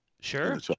Sure